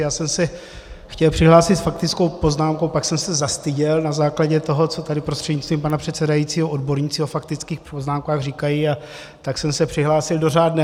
Já jsem se chtěl přihlásit s faktickou poznámkou, pak jsem se zastyděl na základě toho, co tady prostřednictvím pana předsedajícího odborníci o faktických poznámkách říkají, a tak jsem se přihlásil do řádné.